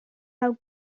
how